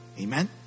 Amen